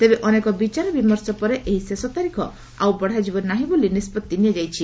ତେବେ ଅନେକ ବିଚାର ବିମର୍ଶ ପରେ ଏହି ଶେଷ ତାରିଖ ଆଉ ବଢାଯିବ ନାହିଁ ବୋଲି ନିଷ୍କତ୍ତି ନିଆଯାଇଛି